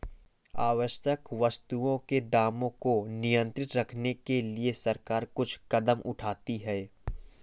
आवश्यक वस्तुओं के दामों को नियंत्रित रखने के लिए सरकार कुछ कदम उठाती है